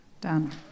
Done